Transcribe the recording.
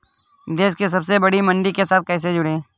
देश की सबसे बड़ी मंडी के साथ कैसे जुड़ें?